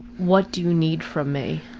what do you need from me?